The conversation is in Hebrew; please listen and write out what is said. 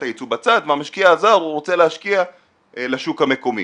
הייצוא בצד והמשקיע הזר הוא רוצה להשקיע לשוק המקומי.